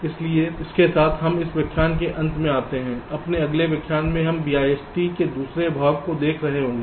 इसलिए इसके साथ हम इस व्याख्यान के अंत में आते हैं अपने अगले व्याख्यान में हम BIST के दूसरे भाग को देख रहे होंगे